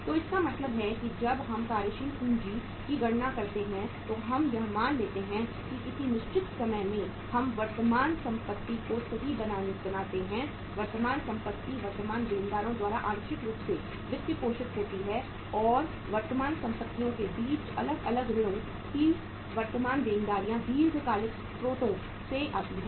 तो इसका मतलब है कि जब हम कार्यशील पूंजी की गणना करते हैं तो हम यह मान लेते हैं कि किसी निश्चित समय में हम वर्तमान संपत्ति को सही बनाते हैं वर्तमान संपत्ति वर्तमान देनदारियों द्वारा आंशिक रूप से वित्त पोषित होती है और वर्तमान परिसंपत्तियों के बीच अलग अलग ऋणों की वर्तमान देनदारियां दीर्घकालिक स्रोतों से आती हैं